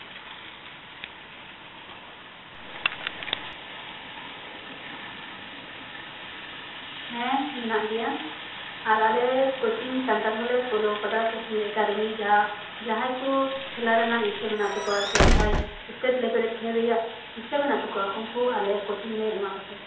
ᱦᱮᱸ ᱢᱮᱱᱟᱜ ᱜᱮᱭᱟ ᱟᱨ ᱟᱞᱮ ᱠᱳᱪᱤᱝ ᱥᱮᱱᱴᱟᱨ ᱦᱚᱸᱞᱮ ᱠᱷᱩᱞᱟᱹᱣ ᱠᱟᱫᱟ ᱠᱳᱪᱤᱝ ᱮᱠᱟᱰᱮᱢᱤ ᱡᱟᱦᱟᱸ ᱡᱟᱦᱟᱸᱭ ᱠᱚ ᱠᱷᱮᱞᱟ ᱨᱮᱱᱟᱜ ᱤᱪᱪᱷᱟᱹ ᱢᱮᱱᱟᱜ ᱛᱟᱠᱚᱣᱟ ᱥᱮ ᱡᱟᱦᱟᱸᱭ ᱮᱥᱴᱮᱴ ᱞᱮᱵᱮᱞ ᱨᱮ ᱠᱷᱮᱹᱞ ᱨᱮᱭᱟᱜ ᱤᱪᱪᱷᱟᱹ ᱢᱮᱱᱟᱜ ᱛᱟᱠᱚᱣᱟ ᱩᱱᱠᱩ ᱟᱞᱮ ᱠᱳᱪᱤᱝ ᱞᱮ ᱮᱢᱟ ᱠᱚᱛᱮ